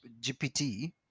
GPT